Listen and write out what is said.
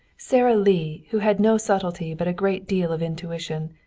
sara lee, who had no subtlety but a great deal of intuition,